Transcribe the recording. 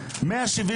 ועמדותיו.